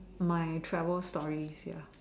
my travel stories ya